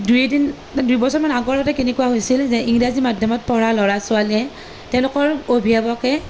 দুই এদিন দুই বছৰমান আগৰতে কেনেকুৱা হৈছিল যে ইংৰাজী মাধ্যমত পঢ়া ল'ৰা ছোৱালীয়ে তেওঁলোকৰ অভিভাৱকে